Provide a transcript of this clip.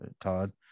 Todd